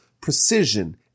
precision